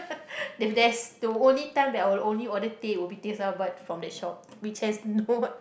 if there's the only time that I will only order teh would be teh sarbat from that shop which has not